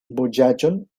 vojaĝon